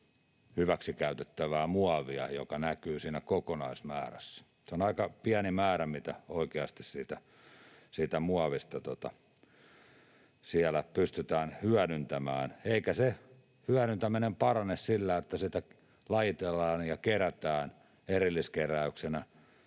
hyväksikäytettävää muovia, joka näkyy siinä kokonaismäärässä. Se on aika pieni määrä, mitä oikeasti siitä muovista siellä pystytään hyödyntämään, eikä se hyödyntäminen parane sillä, että sitä lajitellaan ja kerätään erilliskeräyksenä